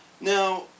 Now